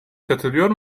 katılıyor